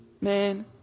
Man